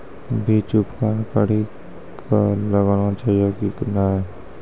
बीज उपचार कड़ी कऽ लगाना चाहिए कि नैय?